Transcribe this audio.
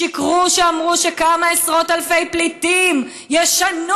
שיקרו כשאמרו שכמה עשרות אלפי פליטים ישנו